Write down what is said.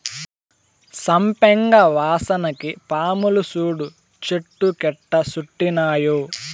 సంపెంగ వాసనకి పాములు సూడు చెట్టు కెట్టా సుట్టినాయో